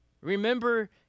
Remember